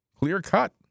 clear-cut